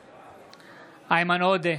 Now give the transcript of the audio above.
בעד איימן עודה,